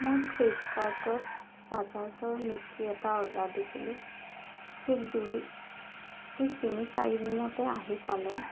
মই ফ্লিপকাৰ্টত বাজাজৰ মিক্সি এটা অৰ্ডাৰ দিছিলোঁ ঠিক দুই ঠিক তিনি চাৰি দিনতে আহি পালে